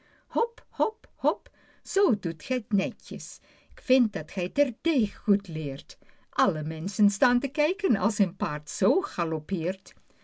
hop hop hop zoo doet gij t netjes k vind dat gij terdeeg goed leert alle menschen staan te kijken als een paard zoo galoppeert